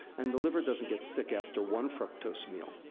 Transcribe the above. and the liver doesn't get sick after one fructose meal.